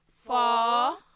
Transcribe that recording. four